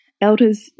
Elders